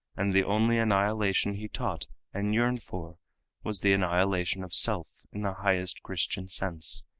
and the only annihilation he taught and yearned for was the annihilation of self in the highest christian sense,